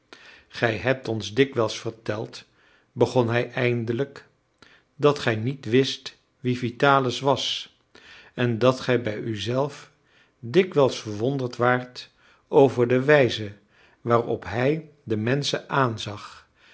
gij hebt ons dikwijls verteld begon hij eindelijk dat gij niet wist wie vitalis was en dat gij bij u zelf dikwijls verwonderd waart over de wijze waarop hij de menschen aanzag